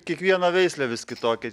kiekviena veislė vis kitokia